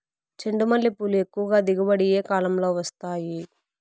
చెండుమల్లి పూలు ఎక్కువగా దిగుబడి ఏ కాలంలో వస్తాయి